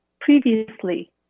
previously